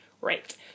right